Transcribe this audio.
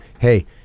hey